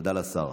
תודה לשר.